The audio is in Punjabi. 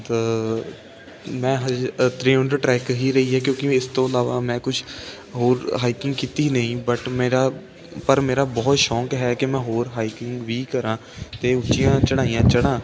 ਦ ਮੈਂ ਹਾਲੇ ਤਰਉਂਡ ਟਰੈਕ ਹੀ ਰਹੀ ਹੈ ਕਿਉਂਕਿ ਉਹ ਇਸ ਤੋਂ ਇਲਾਵਾ ਮੈਂ ਕੁਛ ਹੋਰ ਹਾਈਕਿੰਗ ਕੀਤੀ ਨਹੀਂ ਬਟ ਮੇਰਾ ਪਰ ਮੇਰਾ ਬਹੁਤ ਸ਼ੌਕ ਹੈ ਕਿ ਮੈਂ ਹੋਰ ਹਾਈਕਿੰਗ ਵੀ ਕਰਾਂ ਅਤੇ ਉੱਚੀਆਂ ਚੜ੍ਹਾਈਆਂ ਚੜ੍ਹਾ